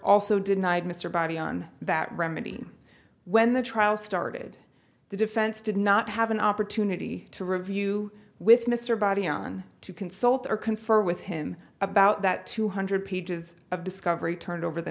also denied mr body on that remedy when the trial started the defense did not have an opportunity to review with mr body on to consult or confer with him about that two hundred pages of discovery turned over the